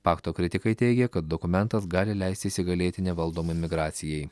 pakto kritikai teigia kad dokumentas gali leisti įsigalėti nevaldomai migracijai